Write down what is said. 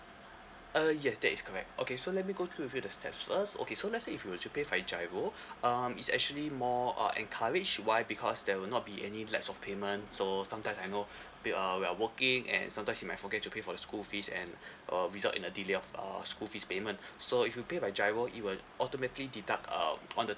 uh yes that is correct okay so let me go through with you the steps first okay so let's say if you would to pay by GIRO um it's actually more uh encouraged why because there will not be any lapse of payment so sometimes I know maybe uh you are working and sometimes you might forget to pay for the school fees and uh result in a delay of uh school fees payment so if you pay by GIRO it will automatically deduct um on the